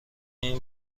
این